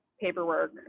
paperwork